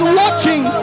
watching